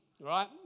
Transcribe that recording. right